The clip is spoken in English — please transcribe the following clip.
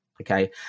Okay